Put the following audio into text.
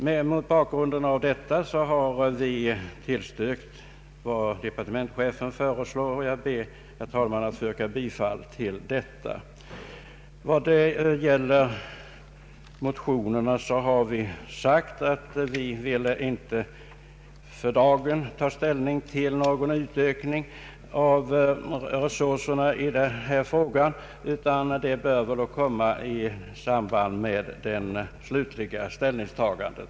Mot denna bakgrund har vi tillstyrkt departementschefens förslag, och jag ber, herr talman, att få yrka bifall till detta. Vad gäller motionerna har vi sagt att vi inte för dagen vill ta ställning till någon utökning av resurserna i detta sammanhang utan att den frågan bör avgöras i samband med det slutliga ställningstagandet.